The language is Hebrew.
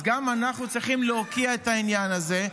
אז גם אנחנו צריכים להוקיע את העניין הזה,